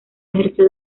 ejerció